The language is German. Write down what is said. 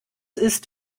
ist